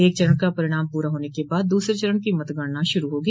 एक चरण का परिणाम पूरा होने के बाद दूसरे चरण की मतगणना शुरू होगी